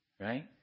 right